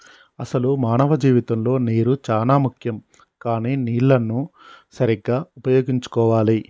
అసలు మానవ జీవితంలో నీరు చానా ముఖ్యం కానీ నీళ్లన్ను సరీగ్గా ఉపయోగించుకోవాలి